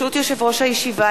לקריאה ראשונה.